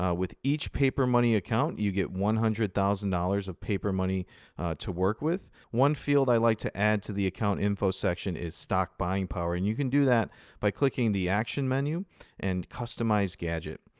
ah with each papermoney account, you get one hundred thousand dollars of papermoney to work with. one field i like to add to the account info section is stock buying power. and you can do that by clicking the action menu and customize gadget.